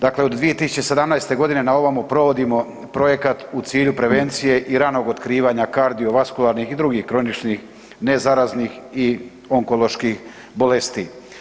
Dakle, od 2017. g. na ovamo provodimo projekat u cilju prevencije i ranog otkrivanja kardiovaskularnih i drugih kroničnih nezaraznih i onkoloških bolesti.